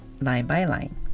line-by-line